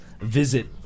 visit